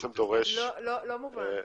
לא מובן.